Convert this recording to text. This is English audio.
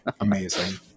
Amazing